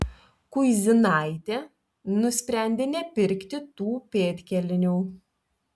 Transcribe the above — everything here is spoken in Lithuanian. kuizinaitė nusprendė nepirkti tų pėdkelnių